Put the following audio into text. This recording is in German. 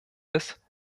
des